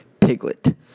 Piglet